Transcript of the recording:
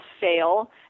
fail